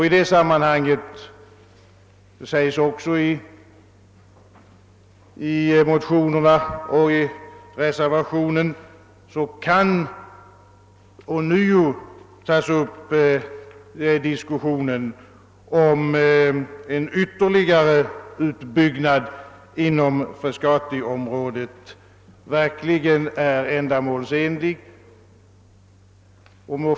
I det sammanhanget, sägs det i motionerna och i reservationen, kan ånyo tas upp diskussionen huruvida en ytterligare utbyggnad inom Frescatiområdet verkligen är ändamålsenlig.